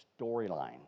storyline